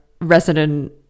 resident